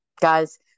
Guys